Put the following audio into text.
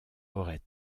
auraient